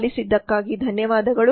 ಆಲಿಸಿದ್ದಕ್ಕಾಗಿ ಧನ್ಯವಾದಗಳು